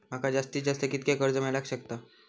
माका जास्तीत जास्त कितक्या कर्ज मेलाक शकता?